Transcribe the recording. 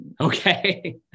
Okay